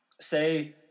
say